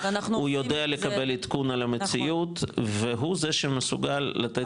הוא יודע לקבל עדכון על המציאות והוא זה שמסוגל לתת תמונה.